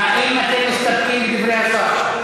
אנחנו מוכנים, האם אתם מסתפקים בדברי השר?